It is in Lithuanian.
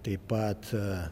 taip pat